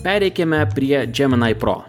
pereikime prie džeminai pro